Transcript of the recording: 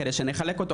כדי שנחלק אותו,